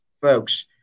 folks